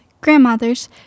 grandmothers